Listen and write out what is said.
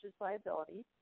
liability